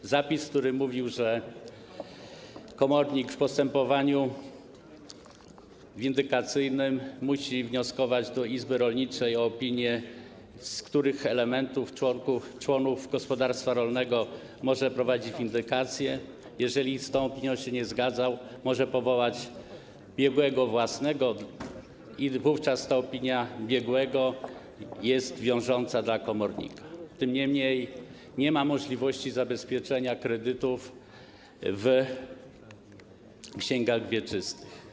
Jest zapis, który mówi, że komornik w postępowaniu windykacyjnym musi wnioskować do izby rolniczej o opinię, z których elementów, członów gospodarstwa rolnego może prowadzić windykację, a jeżeli z tą opinią się nie zgadza, może powołać własnego biegłego i wówczas ta opinia biegłego jest wiążąca dla komornika, niemniej nie ma możliwości zabezpieczenia kredytów w księgach wieczystych.